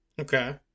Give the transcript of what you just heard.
Okay